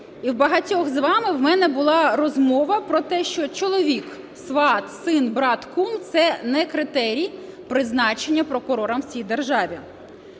І з багатьма вами у мене була розмова про те, що чоловік, сват, син, брат, кум - це не критерій призначення прокурором в цій державі.